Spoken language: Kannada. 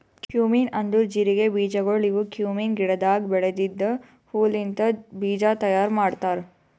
ಕ್ಯುಮಿನ್ ಅಂದುರ್ ಜೀರಿಗೆ ಬೀಜಗೊಳ್ ಇವು ಕ್ಯುಮೀನ್ ಗಿಡದಾಗ್ ಬೆಳೆದಿದ್ದ ಹೂ ಲಿಂತ್ ಬೀಜ ತೈಯಾರ್ ಮಾಡ್ತಾರ್